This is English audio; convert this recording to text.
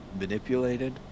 Manipulated